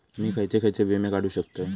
मी खयचे खयचे विमे काढू शकतय?